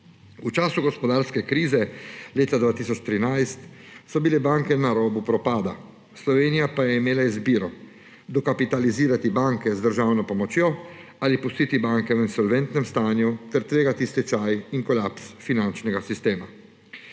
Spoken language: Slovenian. V času gospodarske krize leta 2013 so bile banke na robu propada. Slovenija pa je imela izbiro: dokapitalizirati banke z državno pomočjo ali pustiti banke v insolventnem stanju ter tvegati stečaj in kolaps finančnega sistema.